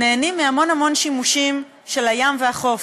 נהנים מהמון המון שימושים של הים והחוף: